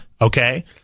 Okay